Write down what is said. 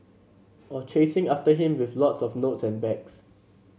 or chasing after him with lots of notes and bags